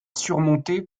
surmontée